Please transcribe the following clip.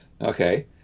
Okay